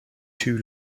two